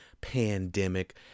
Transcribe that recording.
pandemic